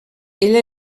ella